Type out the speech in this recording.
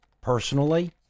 personally